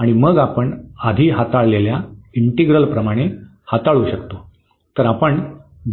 आणि मग आपण आधी हाताळलेल्या इंटिग्रलप्रमाणे हाताळू शकतो